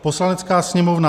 Poslanecká sněmovna